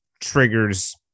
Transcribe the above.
triggers